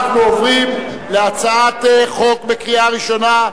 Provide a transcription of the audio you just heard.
אנחנו עוברים להצעת חוק לקריאה ראשונה,